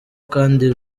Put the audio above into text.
kandi